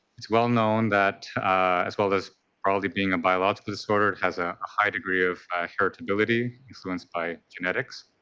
it is well known that as well as probably being a biological disorder has a high degree of heritability, influenced by genetics.